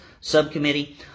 Subcommittee